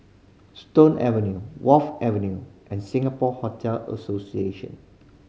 Stone Avenue Wharf Avenue and Singapore Hotel Association